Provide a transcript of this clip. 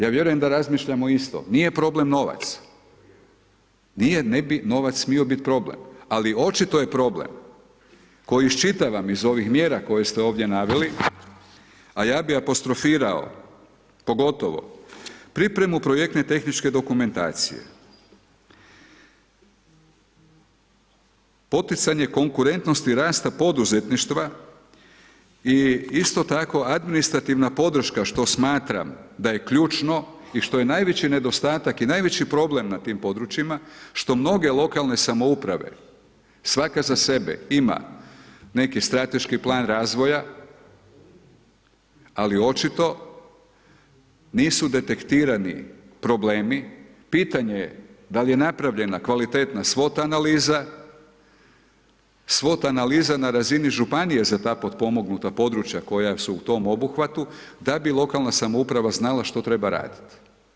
Ja vjerujem da razmišljamo isto, nije problem novac, ne bi novac smio bit problem ali očito je problem koji iščitavam iz ovih mjera koje ste ovdje naveli a ja bi apostrofirao pogotovo pripremu projektne i tehničke dokumentacije, poticanje konkurentnosti rasta poduzetništva i isto tako administrativna podrška što smatram da je ključno i što je najveći nedostatak i najveći problem na tim područjima, što mnoge lokalne samouprave svaka za sebe ima neki strateški plan razvoja ali očito nisu detektirani problemi, pitanje je da li je napravljena kvalitetna SWOT analiza, SWOT analiza na razini županije za ta potpomognuta područja koja su u tom obuhvatu, da bi lokalna samouprava znala što treba raditi.